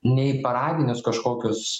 ne į paradinius kažkokius